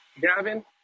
Gavin